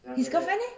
his girlfriend eh